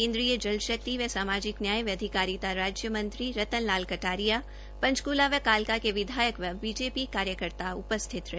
केंद्रीय जल शक्ति व सामाजिक न्याय व अधिकारिता राज्य मंत्री रतन लाल कटारिया पंचकुला व कालका के विधायक व बीजेपी कार्यकर्ता उपस्तिथ रहे